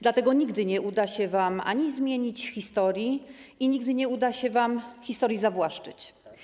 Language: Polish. Dlatego nigdy nie uda się wam zmienić historii i nigdy nie uda się wam historii zawłaszczyć.